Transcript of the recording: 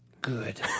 good